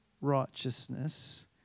righteousness